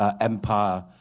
empire